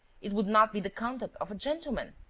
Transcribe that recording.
it would not be the conduct of a gentleman!